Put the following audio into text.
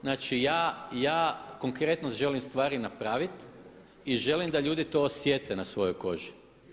Znači ja konkretno želim stvari napravit i želim da ljudi to osjete na svojoj koži.